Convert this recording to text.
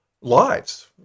lives